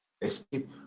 escape